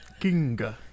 kinga